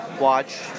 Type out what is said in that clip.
watch